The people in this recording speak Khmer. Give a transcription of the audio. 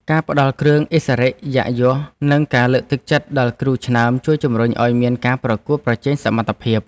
ការផ្តល់គ្រឿងឥស្សរិយយសនិងការលើកទឹកចិត្តដល់គ្រូឆ្នើមជួយជំរុញឱ្យមានការប្រកួតប្រជែងសមត្ថភាព។